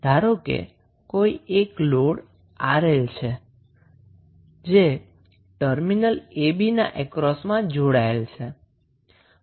ધારો કે કોઈ એક લોડ 𝑅𝐿 છે જે ટર્મિનલ ab ના અક્રોસમાં જોડાયેલ છે